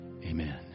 amen